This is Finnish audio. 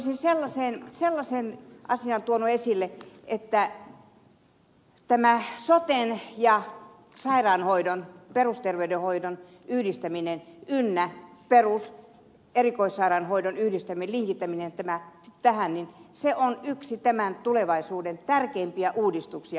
sitten olisin tuonut sellaisen asian esille että tämä soten ja sairaanhoidon perusterveydenhoidon yhdistäminen ynnä erikoissairaanhoidon linkittäminen tähän on yksi tulevaisuuden tärkeimpiä uudistuksia